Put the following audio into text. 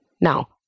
Now